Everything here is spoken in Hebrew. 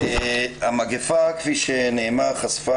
המגפה, כפי שנאמר, חשפה